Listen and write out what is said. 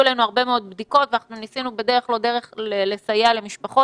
אלינו הרבה מאוד פניות וניסינו בדרך לא דרך לסייע למשפחות